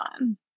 on